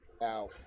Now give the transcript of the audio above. Now